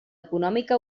econòmica